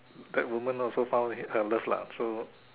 that woman also found her love lah so